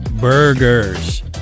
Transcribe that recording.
Burgers